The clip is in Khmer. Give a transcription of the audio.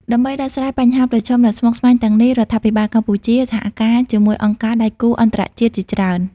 ដើម្បីដោះស្រាយបញ្ហាប្រឈមដ៏ស្មុគស្មាញទាំងនេះ រដ្ឋាភិបាលកម្ពុជា សហការជាមួយអង្គការដៃគូអន្តរជាតិជាច្រើន។